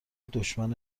دشمن